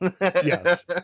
yes